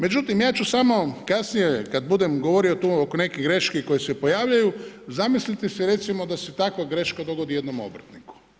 Međutim, ja ću samo kasnije, kada budem govorio tu oko nekih greški koje se pojavljuju, zamislite si recimo da se takva greška dogodi jednom obrtniku.